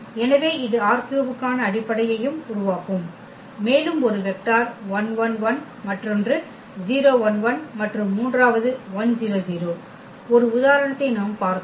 எனவே இது ℝ3 க்கான அடிப்படையையும் உருவாக்கும் மேலும் ஒரு வெக்டர் மற்றொன்று மற்றும் மூன்றாவது ஒரு உதாரணத்தை நாம் பார்த்தோம்